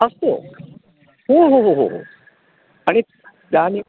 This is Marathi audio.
असतो हो हो हो हो अणि त्या नि